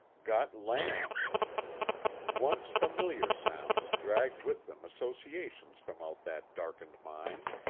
got lamb once familiar sounds dragged with them associations from out that darkened mind.